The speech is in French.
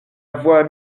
voix